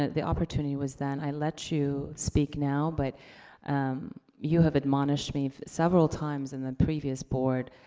the opportunity was then. i let you speak now, but you have admonished me several times in the previous board,